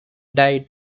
dye